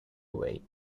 away